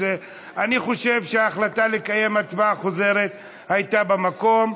אז אני חושב שההחלטה לקיים הצבעה חוזרת הייתה במקום,